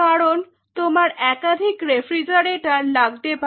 কারণ তোমার একাধিক রেফ্রিজারেটর লাগতে পারে